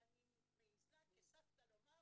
ואני מעזה כסבתא לומר,